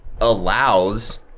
allows